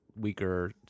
weaker